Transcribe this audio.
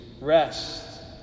rest